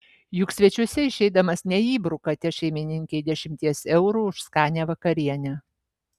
juk svečiuose išeidamas neįbrukate šeimininkei dešimties eurų už skanią vakarienę